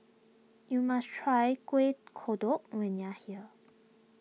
you must try Kueh Kodok when you are here